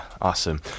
awesome